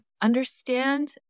understand